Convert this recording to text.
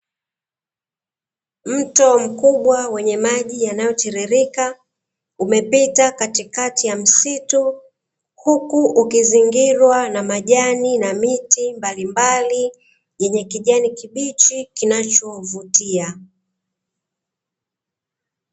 Mto mkubwa wenye maji yanayotiririka, umepita katikati ya msitu, huku ukizingirwa na majani na miti mbalimbali yenye kijani kibichi kinachovutia.